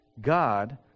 God